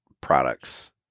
products